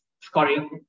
scoring